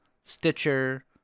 Stitcher